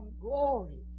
glory